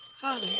Father